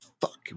fuck